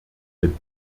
bin